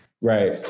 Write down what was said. Right